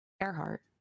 Earhart